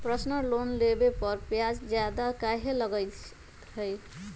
Personal loan लेबे पर ब्याज ज्यादा काहे लागईत है?